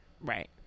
Right